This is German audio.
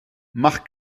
mach